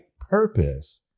purpose